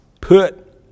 Put